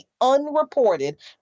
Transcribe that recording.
unreported